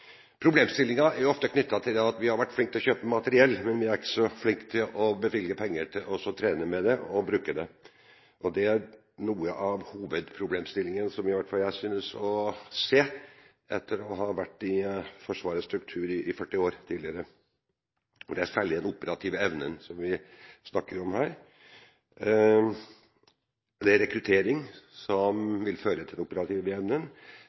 er ofte knyttet til at vi har vært flinke til å kjøpe materiell, men at vi ikke er så flinke til å bevilge penger til å trene med det og bruke det. Det er noe av hovedproblemstillingen som iallfall jeg synes å se etter å ha vært i Forsvarets struktur i 40 år – tidligere. Det er særlig den operative evnen vi snakker om her – mer rekruttering vil føre til